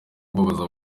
kubabaza